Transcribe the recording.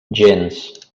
gens